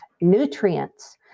nutrients